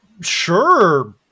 sure